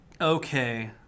Okay